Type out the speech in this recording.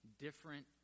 different